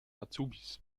azubis